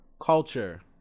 culture